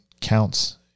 counts